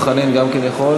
אין לך עמדה?